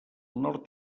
nord